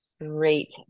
great